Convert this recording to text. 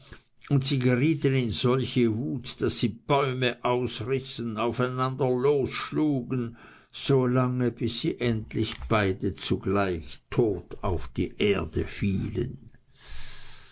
und sie gerieten in solche wut daß sie bäume ausrissen aufeinander losschlugen so lang bis sie endlich beide zugleich tot auf die erde fielen